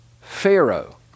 Pharaoh